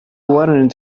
wanted